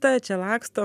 ta čia laksto